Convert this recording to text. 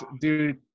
dude